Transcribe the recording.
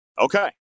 Okay